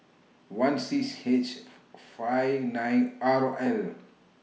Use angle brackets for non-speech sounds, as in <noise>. I six H <noise> five R L